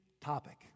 topic